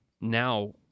now